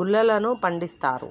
గుల్లలను పండిస్తారు